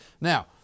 Now